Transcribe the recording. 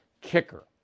kicker